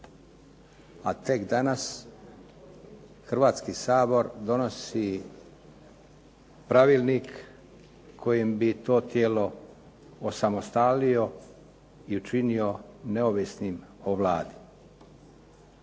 A tek danas Hrvatski sabor donosi pravilnik kojim bi to tijelo osamostalio i učinio neovisnim o Vladi.